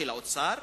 של האוצר.